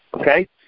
Okay